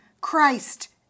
Christ